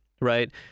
Right